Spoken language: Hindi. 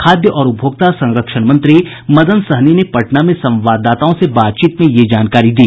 खाद्य और उपभोक्ता संरक्षण मंत्री मदन सहनी ने पटना में संवाददाताओं से बातचीत में यह जानकारी दी